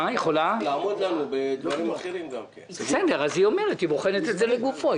היועצת המשפטית אומרת שהיא בוחנת את זה לגופו.